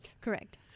Correct